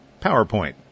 PowerPoint